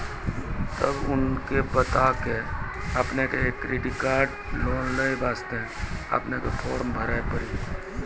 तब उनके बता के आपके के एक क्रेडिट लोन ले बसे आपके के फॉर्म भरी पड़ी?